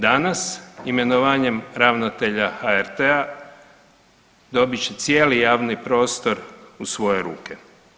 Danas imenovanjem ravnatelja HRT-a dobit će cijeli javni prostor u svoje ruke.